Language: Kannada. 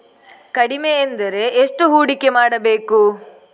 ಕಡಿಮೆ ಎಂದರೆ ಎಷ್ಟು ಹೂಡಿಕೆ ಮಾಡಬೇಕು?